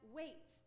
wait